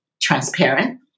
transparent